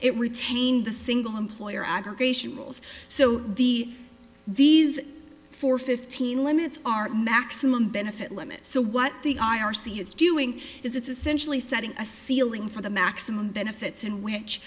it retained the single employer aggregation rules so the these four fifteen limits are maximum benefit limits so what the i r c it's doing is it's essentially setting a ceiling for the maximum benefits in which